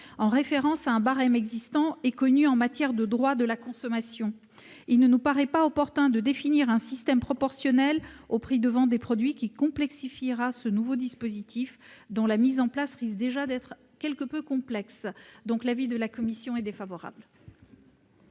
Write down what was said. en référence à un barème existant et connu en matière de droit de la consommation. Il ne nous paraît pas opportun de définir un système proportionnel au prix de vente des produits, qui complexifiera ce nouveau dispositif, dont la mise en place risque déjà quelque peu complexe. L'avis de la commission est défavorable.